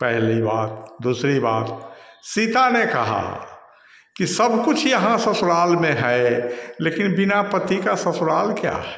पहली बात दूसरी बात सीता ने कहा कि सब कुछ यहाँ ससुराल में है लेकिन बिना पति का ससुराल क्या है